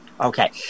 Okay